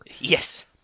Yes